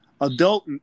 Adult